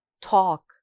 talk